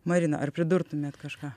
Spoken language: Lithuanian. marina ar pridurtumėt kažką